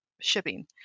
shipping